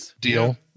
deal